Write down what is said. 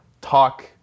talk